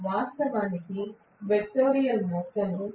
కాబట్టి ఇది వాస్తవానికి వెక్టోరియల్ మొత్తం